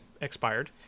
expired